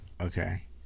Okay